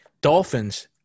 Dolphins